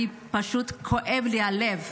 פשוט כואב לי הלב.